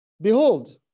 Behold